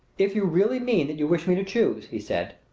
if you really mean that you wish me to choose, he said,